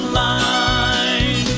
line